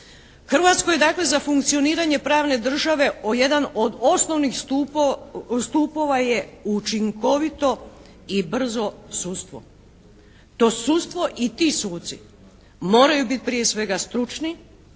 Hrvatskoj dakle za funkcioniranje pravne države, jedan od osnovnih stupova je učinkovito i brzo sudstvo. To sudstvo i ti suci moraju bit prije svega stručni,